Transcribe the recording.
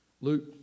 Luke